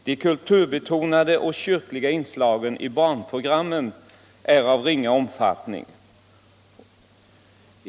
De kulturbetonade och kyrkliga inslagen i barnprogrammen är av ringa omfattning.